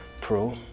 pro